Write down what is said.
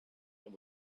and